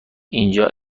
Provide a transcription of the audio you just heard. اینجا